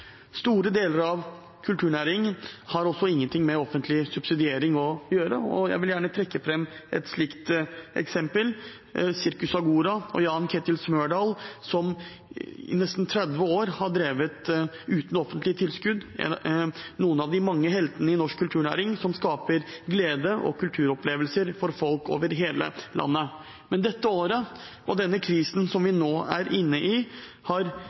Store deler av kulturnæringen har ingenting med offentlig subsidiering å gjøre, og jeg vil gjerne trekke fram et slikt eksempel: Cirkus Agora og Jan-Ketil Smørdal, som i nesten 30 år har drevet uten offentlige tilskudd – noen av de mange heltene i norsk kulturnæring som skaper glede og kulturopplevelser for folk over hele landet. Men dette året og denne krisen vi nå er inne i, har